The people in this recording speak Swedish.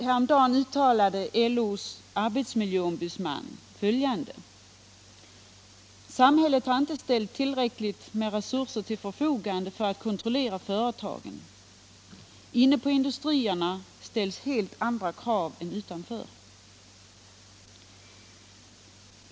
Häromdagen uttalade LO:s arbetsmiljöombudsman följande: Samhället har inte ställt tillräckligt med resurser till förfogande för att kontrollera företagen, inne på industrierna ställs helt andra krav än utanför.